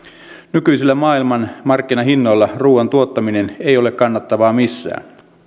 nykyisillä maailmanmarkkinahinnoilla ruuan tuottaminen ei ole kannattavaa missään